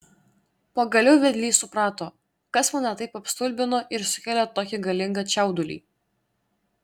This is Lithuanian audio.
pagaliau vedlys suprato kas mane taip apstulbino ir sukėlė tokį galingą čiaudulį